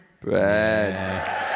Bread